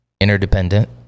interdependent